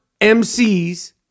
MCs